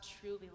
truly